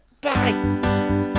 bye